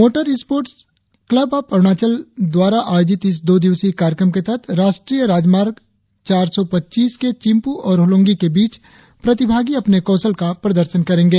motor sports club of Arunachal द्वारा आयोजित इस दो दिवसीय कार्यक्रम के तहत राष्ट्रीय राजमार्ग चार सौ पच्चीस के चिंपू और होलोंगी के बीच प्रतिभागी अपने कौशल का प्रदर्शन करेंगे